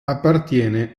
appartiene